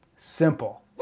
Simple